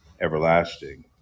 everlasting